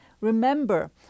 Remember